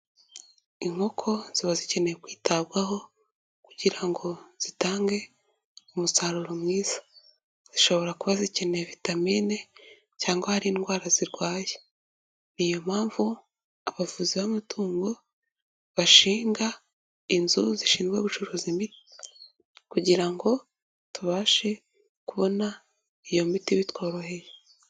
Inkoko ziba zikeneye kwitabwaho kugira ngo zitange umusaruro mwiza, zishobora kuba zikeneye vitamine cyangwa hari indwara zirwaye, ni iyo mpamvu abavuzi b'amatungo bashinga inzu zishinzwe gucuruza imiti kugira ngo tubashe, kubona iyo miti bitworoheye.